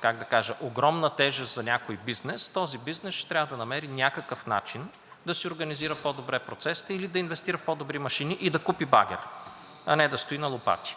как да кажа, огромна тежест за някой бизнес, този бизнес ще трябва да намерим някакъв начин да си организира по добре процесите или да инвестира в по-добри машини и да купи багер, а не да стои на лопати.